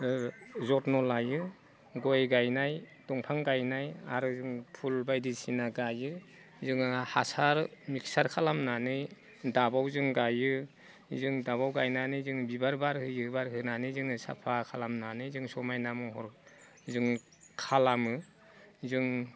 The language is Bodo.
जत्न लायो गय गायनाय दंफां गायनाय आरो जों फुल बायदिसिना गायो जोङो हासार मिक्सार खालामनानै दाबाव जों गायो जों दाबाव गायनानै जों बिबार बारहोयो बारहोनानै जोङो साफा खालामनानै जों समायना महर जों खालामो जों